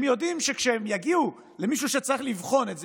הם יודעים שכשהם יגיעו למישהו שצריך לבחון את זה,